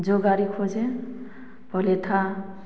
जो गाड़ी खोजें पहले था